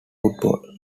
football